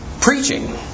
preaching